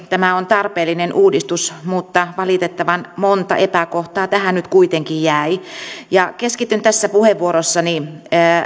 tämä on tarpeellinen uudistus mutta valitettavan monta epäkohtaa tähän nyt kuitenkin jäi keskityn tässä puheenvuorossani